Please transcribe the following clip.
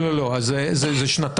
לא, נעל"ה זה שנתיים?